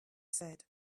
said